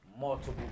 multiple